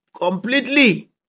completely